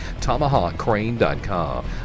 Tomahawkcrane.com